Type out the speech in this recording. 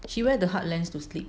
she wear the hard lens to sleep